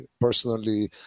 personally